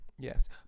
Yes